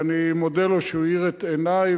ואני מודה לו שהוא האיר את עיני,